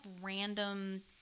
random